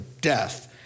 death